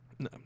No